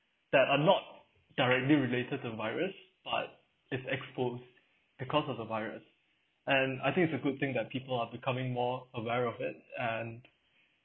that I'm not directly related the virus but is exposed because of the virus and I think it's a good thing that people are becoming more aware of it and